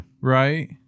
right